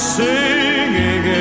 singing